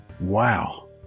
wow